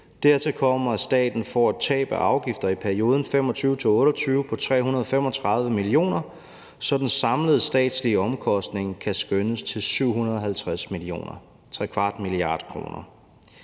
Dertil kommer, at staten får et tab af afgifter i perioden 2025-2028 på 335 mio. kr., så den samlede statslige omkostning kan skønnes til 750 mio.